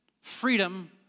freedom